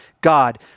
God